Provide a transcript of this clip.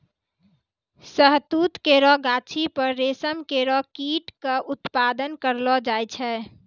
शहतूत केरो गाछी पर रेशम केरो कीट क उत्पादन करलो जाय छै